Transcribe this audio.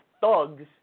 thugs